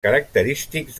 característics